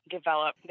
develop